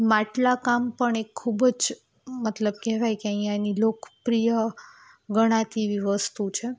માટલા કામ પણ એક ખૂબ જ મતલબ કહેવાય કે અહીંયાની લોકપ્રિય ગણાતી એવી વસ્તુ છે